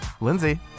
Lindsay